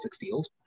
field